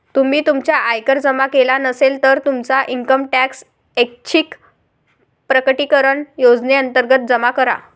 तुम्ही तुमचा आयकर जमा केला नसेल, तर तुमचा इन्कम टॅक्स ऐच्छिक प्रकटीकरण योजनेअंतर्गत जमा करा